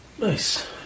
nice